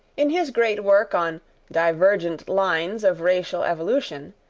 in his great work on divergent lines of racial evolution,